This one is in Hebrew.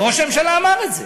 וראש הממשלה אמר את זה.